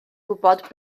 gwybod